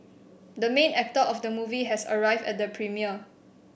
the main actor of the movie has arrived at the premiere